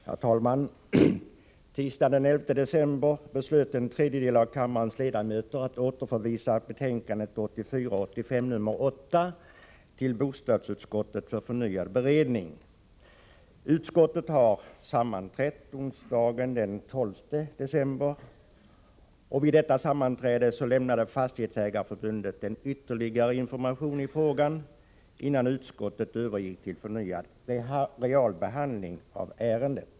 Herr talman! Tisdagen den 11 december beslöt en tredjedel av kammarens ledamöter att vid behandling av bostadsutskottets betänkande 1984/85:8 återförvisa ärendet till bostadsutskottet för förnyad beredning. Utskottet har sammanträtt onsdagen den 12 december. Vid detta sammanträde lämnade Fastighetsägareförbundet en ytterligare information i frågan innan utskottet övergick till förnyad realbehandling av ärendet.